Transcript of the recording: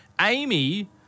Amy